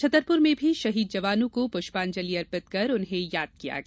छतरपुर में भी शहीद जवानों को पुष्पांजलि अर्पित कर उन्हें याद किया गया